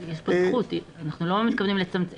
אנחנו לא מתכוונים לצמצם.